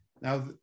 Now